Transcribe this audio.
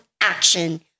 action